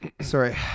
Sorry